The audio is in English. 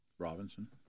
Robinson